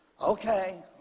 Okay